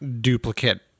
duplicate